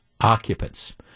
occupants